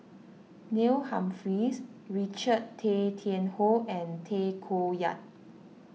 Neil Humphreys Richard Tay Tian Hoe and Tay Koh Yat